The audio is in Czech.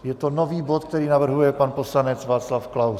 Je to nový bod, který navrhuje pan poslanec Václav Klaus.